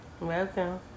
Welcome